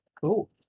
Cool